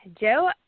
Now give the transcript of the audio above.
Joe